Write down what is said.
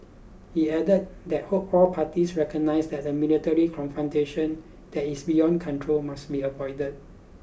he added that hoped all parties recognise that the military confrontation that is beyond control must be avoided